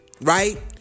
Right